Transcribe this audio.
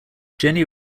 jenny